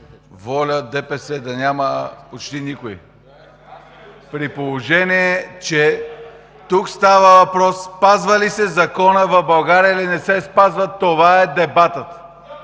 ВОЛЯ, ДПС – да няма почти никой, при положение че тук става въпрос спазва ли се законът в България, или не се спазва? Това е дебатът.